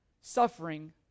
suffering